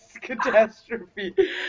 catastrophe